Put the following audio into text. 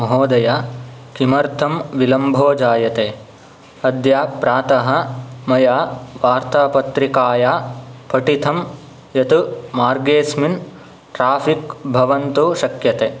महोदय किमर्थं विलम्भो जायते अद्य प्रातः मया वार्तापत्रिकाया पठितं यत् मार्गेस्मिन् ट्राफिक् भवन्तु शक्यते